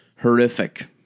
horrific